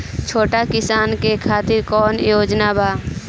छोटा किसान के खातिर कवन योजना बा?